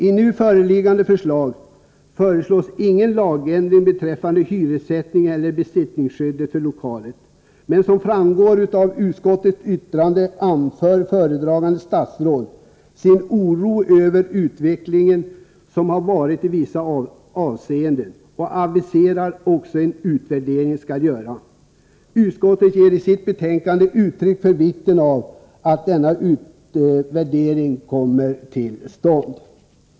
I nu föreliggande förslag föreslås ingen lagändring beträffande hyressättning eller besittningsskydd för lokaler. Men som framgår av utskottets yttrande anför föredragande statsråd sin oro över hur utvecklingen varit i vissa hänseenden och aviserar också att en utvärdering skall göras. Utskottet ger i sitt betänkande uttryck för vikten av att denna utvärdering kommer till stånd.